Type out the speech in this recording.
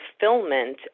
fulfillment